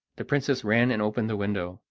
the princess ran and opened the window,